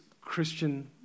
Christian